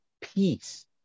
peace